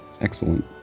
Excellent